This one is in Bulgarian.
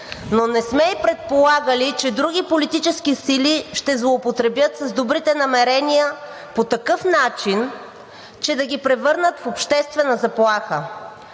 но не сме и предполагали, че други политически сили ще злоупотребят с добрите намерения по такъв начин, че да ги превърнат в обществена заплаха.